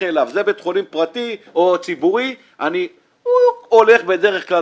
אליו וזה בית חולים פרטי או ציבורי ואני לא אלך.